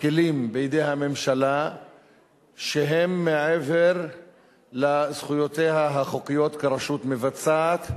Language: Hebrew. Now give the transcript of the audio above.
כלים בידי הממשלה שהם מעבר לזכויותיה החוקיות כרשות מבצעת,